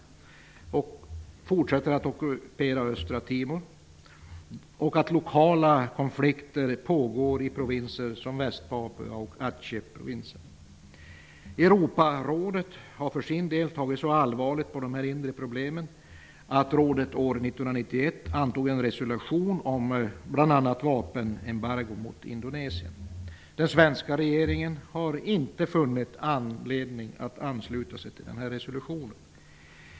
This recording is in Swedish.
De fortsätter att ockupera Östra Timor. Det pågår lokala konflikter i provinser som Västpapua och Aceh. Europarådet har tagit så allvarligt på dessa inre problem att rådet år 1991 antog en resolution om bl.a. vapenembargo mot Indonesien. Den svenska regeringen har inte funnit anledning att ansluta sig till den resolutionen.